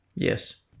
Yes